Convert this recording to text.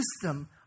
system